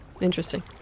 Interesting